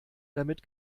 damit